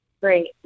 great